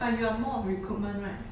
but you are more of recruitment right